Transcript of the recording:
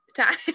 time